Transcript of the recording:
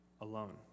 alone